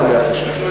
אני שמח לשמוע.